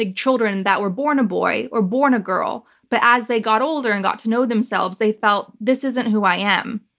like children that were born a boy, or born a girl, but as they got older and got to know themselves, they felt this isn't who i am.